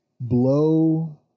Blow